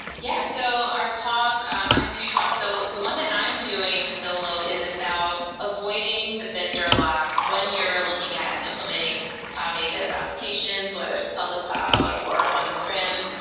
yeah. so our talk um i have two talks. so the one that i'm doing solo is about avoiding the vendor law when you're looking at implementing cloud native applications, whether it's a public cloud, or on-prem.